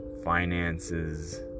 finances